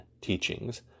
teachings